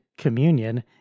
communion